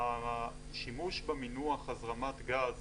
השימוש במינוח "הזרמת גז",